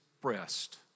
breast